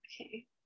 Okay